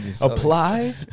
Apply